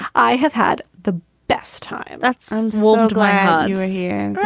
i have had the best time. that's woman. glad you're here.